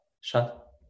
shut